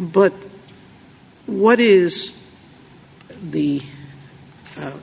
but what is the